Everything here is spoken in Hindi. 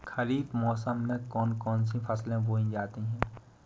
खरीफ मौसम में कौन कौन सी फसलें बोई जाती हैं?